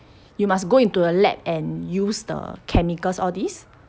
you must go into a lab and use the chemicals all these